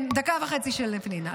כן, דקה וחצי של פנינה.